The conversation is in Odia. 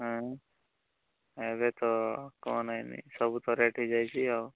ହଁ ଏବେ ତ କ'ଣ ନେଇନି ସବୁ ତ ରେଟ୍ ହେଇଯାଇଛି ଆଉ